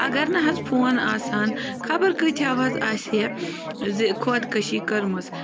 اگر نہٕ حظ فون آسان خبر کۭتِہو حظ آسہِ ہے زِ خۄدکٔشی کٔرمٕژ